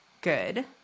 good